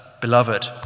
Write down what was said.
beloved